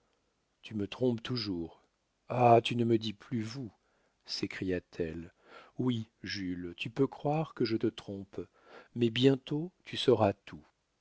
tu me trompes toujours ah tu ne me dis plus vous s'écria-t-elle oui jules tu peux croire que je te trompe mais bientôt tu sauras tout